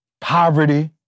poverty